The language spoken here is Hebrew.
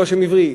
הוא לא שם עברי.